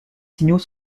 signaux